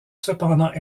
cependant